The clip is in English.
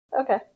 Okay